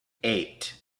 eight